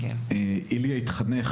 איליה התחנך